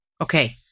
Okay